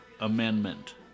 amendment